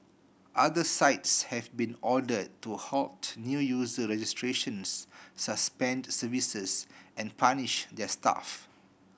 other sites have been ordered to halt new user registrations suspend services and punish their staff